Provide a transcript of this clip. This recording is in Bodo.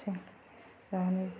सै जानाय